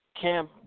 Cam